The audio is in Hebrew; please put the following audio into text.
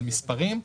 על מספרים,